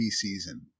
season